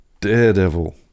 Daredevil